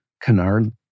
canard